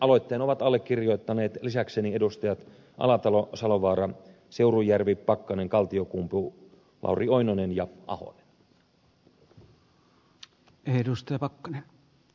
aloitteen ovat allekirjoittaneet lisäkseni edustajat alatalo salovaara seurujärvi pakkanen kaltiokumpu lauri oinonen ja ahonen